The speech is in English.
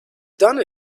done